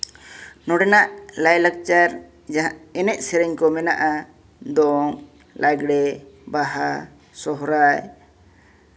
ᱱᱚᱰᱮᱱᱟᱜ ᱞᱟᱭᱼᱞᱟᱠᱪᱟᱨ ᱭᱟ ᱮᱱᱮᱡ ᱥᱮᱨᱮᱧ ᱠᱚ ᱢᱮᱱᱟᱜᱼᱟ ᱫᱚᱝ ᱞᱟᱜᱽᱬᱮ ᱵᱟᱦᱟ ᱥᱚᱦᱚᱨᱟᱭ